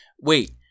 wait